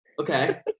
Okay